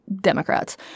Democrats